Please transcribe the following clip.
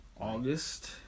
August